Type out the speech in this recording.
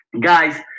Guys